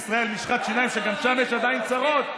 גם שם יש עדיין צרות,